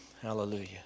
Hallelujah